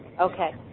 Okay